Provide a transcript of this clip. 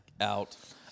out